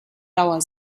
dauer